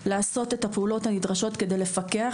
היא לעשות את הפעולות הנדרשות כדי לפקח